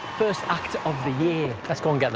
first actor of the year so and but